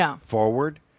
forward